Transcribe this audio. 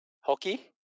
Hockey